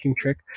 trick